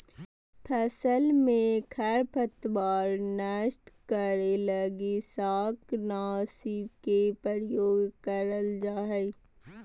फसल में खरपतवार नष्ट करे लगी शाकनाशी के प्रयोग करल जा हइ